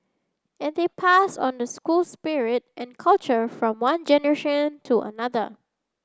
and they pass on the school spirit and culture from one generation to another